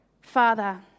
Father